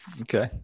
Okay